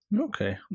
Okay